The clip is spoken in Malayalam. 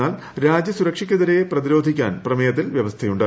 എന്നാൽ രാജ്യ സുരക്ഷയ്ക്കെതിരെ പ്രതിരോധിക്കാൻ പ്രമേയത്തിൽ വ്യവസ്ഥയുണ്ട്